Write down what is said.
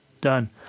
Done